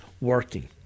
working